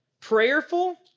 prayerful